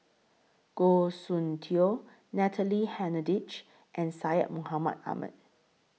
Goh Soon Tioe Natalie Hennedige and Syed Mohamed Ahmed